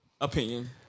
Opinion